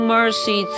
Mercy